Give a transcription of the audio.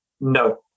no